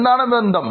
എന്താണ് ബന്ധം